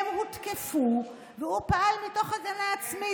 הם הותקפו והוא פעל מתוך הגנה עצמית.